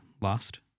last